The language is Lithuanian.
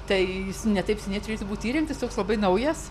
tai jis ne taip seniai turėtų būt įrengtas toks labai naujas